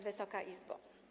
Wysoka Izbo!